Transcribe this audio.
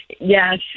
Yes